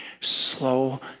Slow